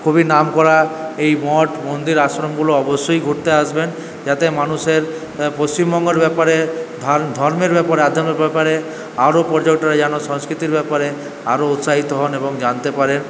খুবই নামকরা এই মঠ মন্দির আশ্রমগুলো অবশ্যই ঘুরতে আসবেন যাতে মানুষের পশ্চিমবঙ্গর ব্যাপারে ধান ধর্মের ব্যাপারে ব্যাপারে আরও পর্যটক যেন সংস্কৃতির ব্যাপারে আরও উৎসাহিত হন এবং জানতে পারেন